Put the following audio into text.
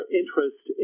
interest